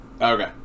Okay